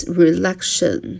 relaxation